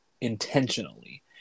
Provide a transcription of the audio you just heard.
intentionally